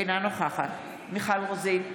אינה נוכחת מיכל רוזין,